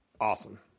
Awesome